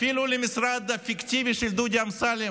אפילו למשרד הפיקטיבי של דודי אמסלם